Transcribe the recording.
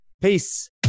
Peace